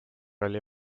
oli